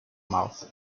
mouth